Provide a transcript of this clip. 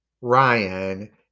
Ryan